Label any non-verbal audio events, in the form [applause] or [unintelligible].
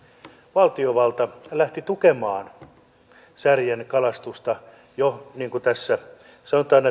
valtiovalta lähti tukemaan särjen kalastusta jo niin kuin tässä sanotaan [unintelligible]